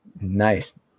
Nice